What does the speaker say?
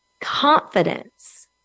confidence